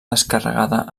descarregada